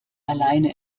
alleine